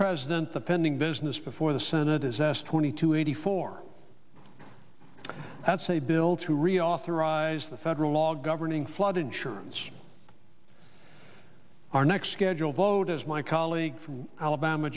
president the pending business before the senate disaster twenty two eighty four that's a bill to reauthorize the federal law governing flood insurance our next scheduled vote as my colleague from alabama